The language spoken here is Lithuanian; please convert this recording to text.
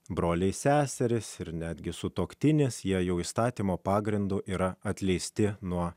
broliai seserys ir netgi sutuoktinis jie jau įstatymo pagrindu yra atleisti nuo